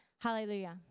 Hallelujah